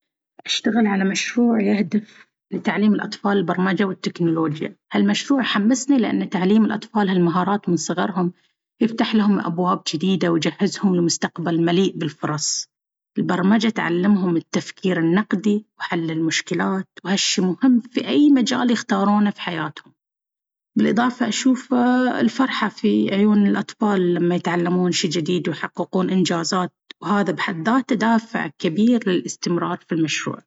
أشتغل على مشروع يهدف لتعليم الأطفال البرمجة والتكنولوجيا. هالمشروع يحمسني لأن تعليم الأطفال هالمهارات من صغرهم يفتح لهم أبواب جديدة ويجهزهم لمستقبل مليء بالفرص. البرمجة تعلمهم التفكير النقدي وحل المشكلات، وهالشيء مهم في أي مجال يختارونه في حياتهم. بالإضافة، أشوف الفرحة في عيون الأطفال لما يتعلمون شي جديد ويحققون إنجازات، وهذا بحد ذاته دافع كبير للاستمرار في المشروع.